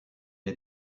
est